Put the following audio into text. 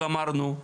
גמרנו,